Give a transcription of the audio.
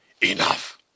Enough